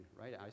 right